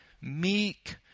meek